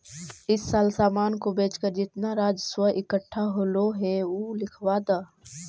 इस साल सामान को बेचकर जितना राजस्व इकट्ठा होलो हे उ लिखवा द